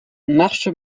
marche